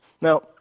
Now